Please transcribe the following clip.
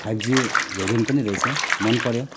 five G variant पनि रहेछ मन पऱ्यो